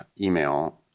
email